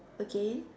again